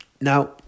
Now